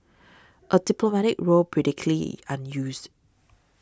a diplomatic row predictably unused